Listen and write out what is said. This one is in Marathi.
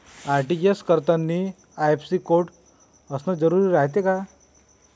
आर.टी.जी.एस करतांनी आय.एफ.एस.सी कोड असन जरुरी रायते का?